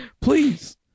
please